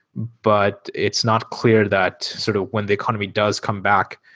but it's not clear that sort of when the economy does come back,